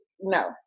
no